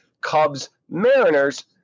Cubs-Mariners